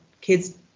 kids